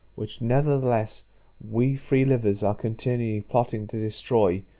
which nevertheless we freelivers are continually plotting to destroy,